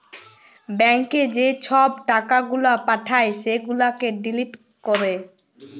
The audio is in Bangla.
ব্যাংকে যে ছব টাকা গুলা পাঠায় সেগুলাকে ডিলিট ক্যরে